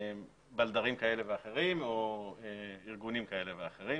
בלדרים כאלה ואחרים או ארגונים כאלה ואחרים